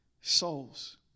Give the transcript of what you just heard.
souls